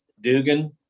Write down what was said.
Dugan